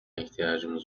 ihtiyacımız